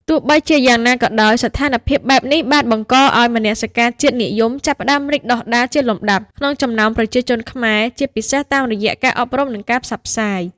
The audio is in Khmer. ទោះបីជាយ៉ាងណាក៏ដោយ ស្ថានភាពបែបនេះបានបង្កឱ្យមនសិការជាតិនិយមចាប់ផ្តើមរីកដុះដាលជាលំដាប់ក្នុងចំណោមប្រជាជនខ្មែរ ជាពិសេសតាមរយៈការអប់រំ និងការផ្សព្វផ្សាយ។